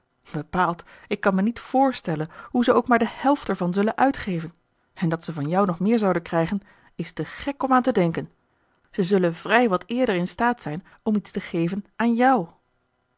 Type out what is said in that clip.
bepaald ik kan mij niet voorstellen hoe ze ook maar de helft ervan zullen uitgeven en dat ze van jou nog meer zouden krijgen is te gek om aan te denken ze zullen vrij wat eerder in staat zijn om iets te geven aan jou